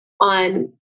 On